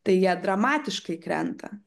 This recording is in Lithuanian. tai jie dramatiškai krenta